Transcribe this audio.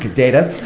data.